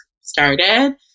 started